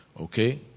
okay